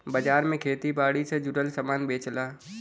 बाजार में खेती बारी से जुड़ल सामान बेचला